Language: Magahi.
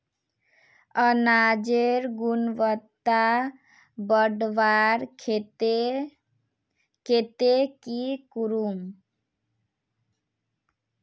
अनाजेर गुणवत्ता बढ़वार केते की करूम?